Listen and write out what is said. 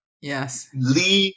Yes